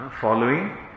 following